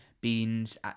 Beans